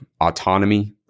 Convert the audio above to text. autonomy